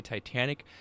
Titanic